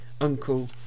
Uncle